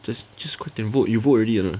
just just 快点 vote you vote already or not